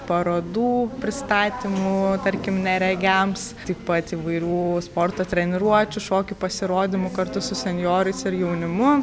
parodų pristatymų tarkim neregiams taip pat įvairių sporto treniruočių šokių pasirodymų kartu su senjorais ir jaunimu